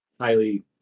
highly